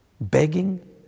begging